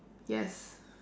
yes